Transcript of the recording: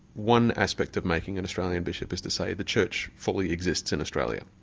one aspect of making an australian bishop is to say the church fully exists in australia.